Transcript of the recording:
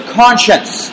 conscience